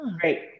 Great